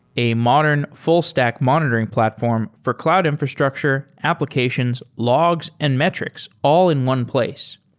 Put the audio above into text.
a modern, full-stack monitoring platform for cloud infrastructure, applications, logs and metrics all in one place.